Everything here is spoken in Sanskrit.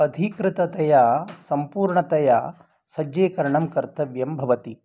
अधिकृततया सम्पूर्णतया सज्जीकरणं कर्तव्यं भवति